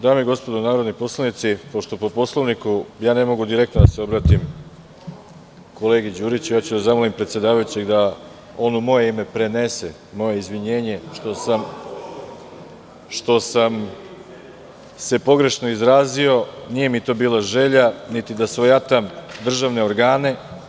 Dame i gospodo narodni poslanici, pošto po Poslovniku ja ne mogu direktno da se obratim kolegi Đuriću, ja ću da zamolim predsedavajućeg da on u moje ime prenese moje izvinjenje što sam se pogrešno izrazio, nije mi to bila želja, niti da svojatam državne organe.